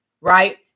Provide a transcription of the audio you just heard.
right